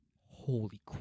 Holy